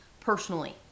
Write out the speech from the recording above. personally